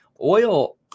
Oil